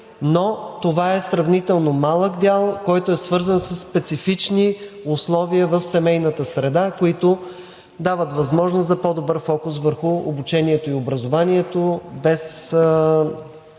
но това е сравнително малък дял, който е свързан със специфични условия в семейната среда, които дават възможност за по-добър фокус върху обучението и образованието без